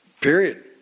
Period